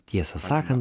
tiesą sakant